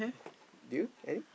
do you eh